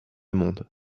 monde